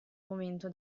momento